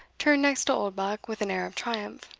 turned next to oldbuck with an air of triumph.